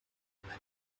lümmel